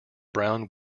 brown